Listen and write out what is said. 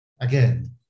again